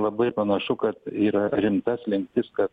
labai panašu kad yra rimta slinktis kad